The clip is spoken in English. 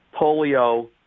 polio